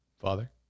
Father